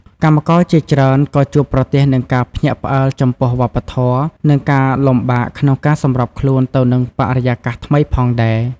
កម្មករជាច្រើនក៏ជួបប្រទះនឹងការភ្ញាក់ផ្អើលចំពោះវប្បធម៌ និងការលំបាកក្នុងការសម្របខ្លួនទៅនឹងបរិយាកាសថ្មីផងដែរ។